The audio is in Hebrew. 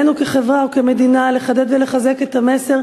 עלינו כחברה וכמדינה לחדד ולחזק את המסר